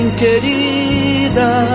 querida